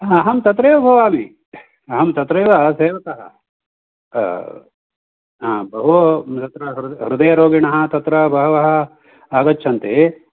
अहं तत्रैव भवामि अहं तत्रैव सेवकः हा बहु हृदयरोगिणः तत्र बहवः आगच्छन्ति